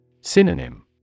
Synonym